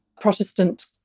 Protestant